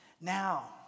Now